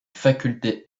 faculté